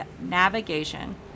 navigation